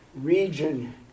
region